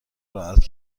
راحت